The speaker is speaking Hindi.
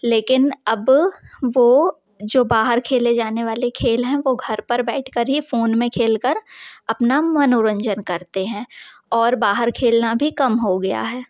लेकिन अब वो जो बाहर खेले जाने वाले खेल हैं वो घर पर बैठ कर ही फ़ोन में खेल कर अपना मनोरंजन करते हैं और बाहर खेलने भी कम हो गया है